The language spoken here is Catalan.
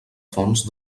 fons